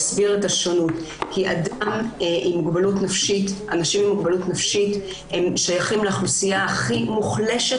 אנשים עם מוגבלות נפשית שייכים לאוכלוסייה הכי מוחלשת